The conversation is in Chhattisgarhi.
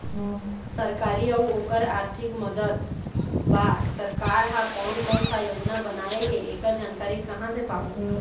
सरकारी अउ ओकर आरथिक मदद बार सरकार हा कोन कौन सा योजना बनाए हे ऐकर जानकारी कहां से पाबो?